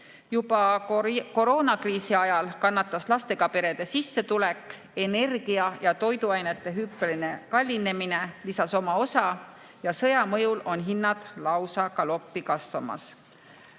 Juba koroonakriisi ajal kannatas lastega perede sissetulek, energia ja toiduainete hüppeline kallinemine lisas oma osa ja sõja mõjul on hinnad lausa galoppi kasvamas. Läti